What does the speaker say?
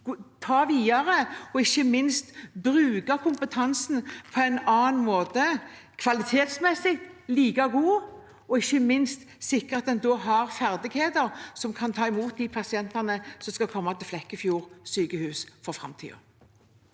videre. Vi må bruke kompetansen på en annen måte, men kvalitetsmessig like godt, og ikke minst sikre at en har ferdigheter til å kunne ta imot de pasientene som skal komme til Flekkefjord sykehus for framtiden.